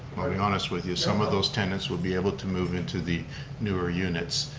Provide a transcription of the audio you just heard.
be honest with you, some of those tenants would be able to move into the newer units.